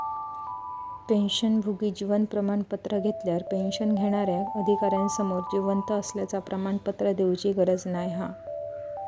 पेंशनभोगी जीवन प्रमाण पत्र घेतल्यार पेंशन घेणार्याक अधिकार्यासमोर जिवंत असल्याचा प्रमाणपत्र देउची गरज नाय हा